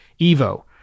evo